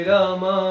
Rama